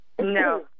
No